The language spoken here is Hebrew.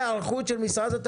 יישום ההיערכות של משרד התחבורה.